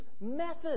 methods